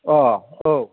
औ